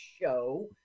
Show